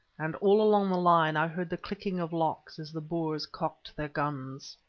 and all along the line i heard the clicking of locks as the boers cocked their guns.